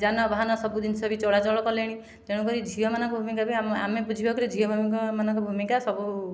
ଯାନବାହାନ ସବୁ ଜିନିଷ ବି ଚଳାଚଳ କଲେଣି ତେଣୁ କରି ଝିଅମାନଙ୍କ ଭୂମିକା ବି ଆମେ ବୁଝିବା ପରେ ଝିଅ ମାନଙ୍କ ଭୂମିକା ସବୁ